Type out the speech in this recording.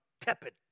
tepid